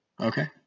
Okay